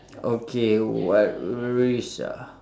okay what risk ah